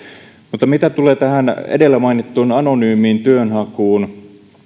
mutta mitä tulee tähän edellä mainittuun anonyymiin työnhakuun